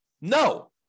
No